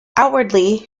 outwardly